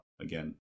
Again